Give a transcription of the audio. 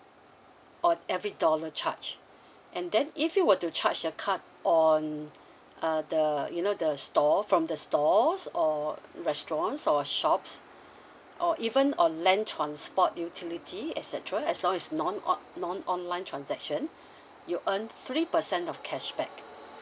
on every dollar charged and then if you were to charge a card on uh the you know the store from the stores or restaurants or shops or even on land transport utility et cetera as long is non o~ non online transaction you earn three percent of cashback